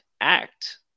act